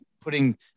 putting